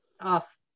off